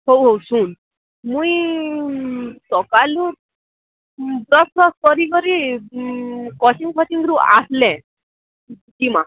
ହଉ ହଉ ଶୁନ୍ ମୁଇଁ ସକାଲୁ ବ୍ରସ୍ଫ୍ରସ୍ କରି କରି କ୍ରସି୍ଂଫ୍ରସି୍ଂରୁ ଆସ୍ଲେ ଯିମା